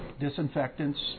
disinfectants